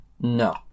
No